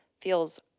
feels